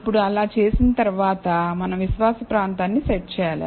ఇప్పుడు అలా చేసిన తరువాత మనం విశ్వాస ప్రాంతాన్ని సెట్ చేయాలి